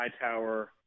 Hightower –